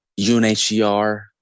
UNHCR